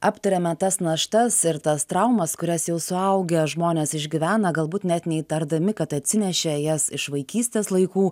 aptariame tas naštas ir tas traumas kurias jau suaugę žmonės išgyvena galbūt net neįtardami kad atsinešė jas iš vaikystės laikų